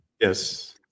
Yes